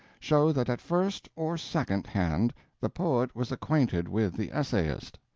show that at first or second hand the poet was acquainted with the essayist.